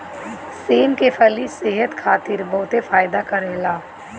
सेम के फली सेहत खातिर बहुते फायदा करेला